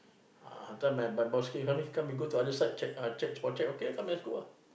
ah after my my boss came come here come we go to other side check uh check spot check okay come let's go ah